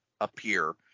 appear